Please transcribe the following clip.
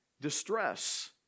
distress